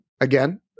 again